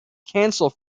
cancelled